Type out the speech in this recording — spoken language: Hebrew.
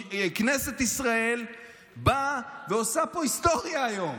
כנסת ישראל באה ועושה פה היסטוריה היום.